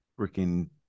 freaking